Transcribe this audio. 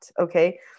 okay